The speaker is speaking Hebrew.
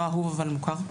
לא אהוב, אבל מוכר.